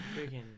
Freaking